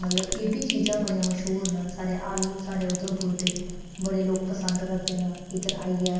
मतलब एह् बी चीज़ां बड़ियां मश्हूर न साढ़ै आलू साढ़ै उधमपुर दे बड़े लोक पसंद करदे न इद्धर आइयै